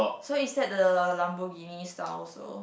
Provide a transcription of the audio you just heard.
so is that the Lamborghini style so